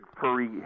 furry